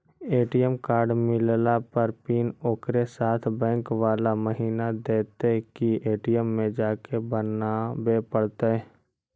ATM card मिलला पर pin ओकरे साथे बैक बाला महिना देतै कि ए.टी.एम में जाके बना बे पड़तै?